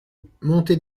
montée